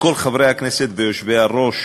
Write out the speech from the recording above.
לכל חברי הכנסת והיושבי-ראש